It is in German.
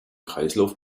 kreislauf